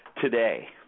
today